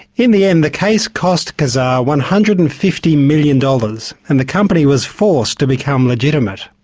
in the end, the case cost kazaa one hundred and fifty million dollars, and the company was forced to become legitimate.